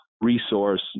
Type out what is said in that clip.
resource